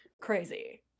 Crazy